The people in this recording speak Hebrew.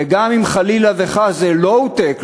וגם אם חלילה וחס זה low-tech,